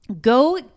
Go